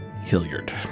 Hilliard